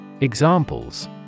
Examples